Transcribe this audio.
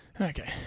Okay